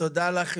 תודה לך,